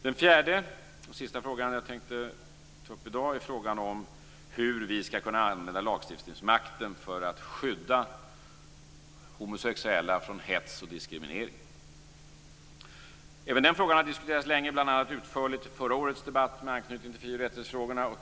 Den fjärde och sista fråga som jag tänkte ta upp i dag är frågan om hur vi skall kunna använda lagstiftningsmakten för att skydda homosexuella mot hets och diskriminering. Även den frågan har diskuterats länge, bl.a. utförligt i förra årets debatt med anknytning till fri och rättighetsfrågorna.